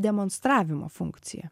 demonstravimo funkcija